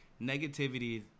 negativity